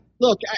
look